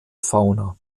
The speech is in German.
fauna